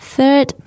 Third